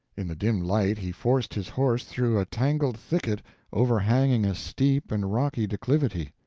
in the dim light he forced his horse through a tangled thicket overhanging a steep and rocky declivity.